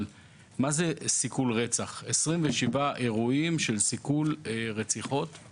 יש 27 אירועים של סיכולי רצח מתחילת השנה.